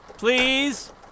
Please